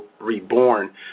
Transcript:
reborn